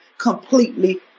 completely